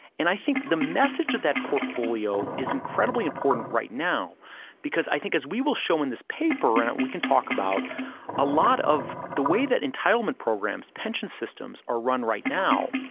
and i think the message of that portfolio is incredibly important right now because i think as we will show in this paper, and we can talk about a lot of the way that entitlement programs, pension systems are run right now,